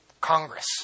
Congress